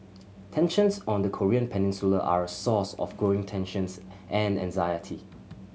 tensions on the Korean Peninsula are a source of growing tensions and anxiety